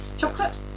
Chocolate